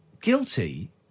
guilty